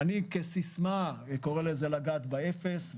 כסיסמה אני קורא לזה לגעת באפס.